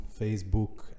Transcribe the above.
facebook